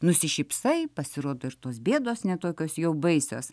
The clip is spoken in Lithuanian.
nusišypsai pasirodo ir tos bėdos ne tokios jau baisios